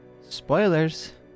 spoilers